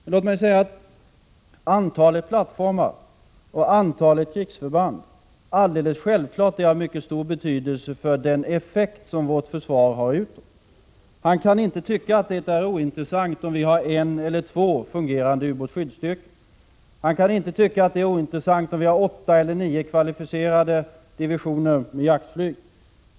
Men låt mig säga att antalet plattformar — 1 juni 1987 och antalet krigsförband alldeles självklart är av mycket stor betydelse för den effekt som vårt försvar har utåt. Man kan inte tycka att det är ointressant om vi har en eller två fungerande ubåtsskyddsstyrkor. Man kan inte tycka att det är ointressant om vi har åtta eller nio kvalificerade divisioner jaktflyg.